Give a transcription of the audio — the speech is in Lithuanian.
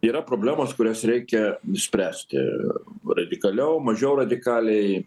yra problemos kurias reikia išspręsti radikaliau mažiau radikaliai